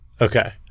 Okay